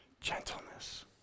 Gentleness